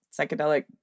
psychedelic